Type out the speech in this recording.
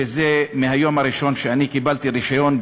וזה מהיום הראשון שאני קיבלתי רישיון,